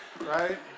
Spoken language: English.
right